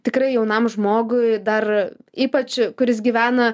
tikrai jaunam žmogui dar ypač kuris gyvena